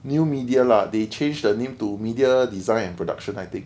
new media lah they changed the name to media design and production I think